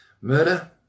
Murder